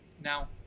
now